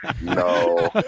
No